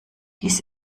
dies